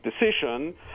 decision